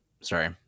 Sorry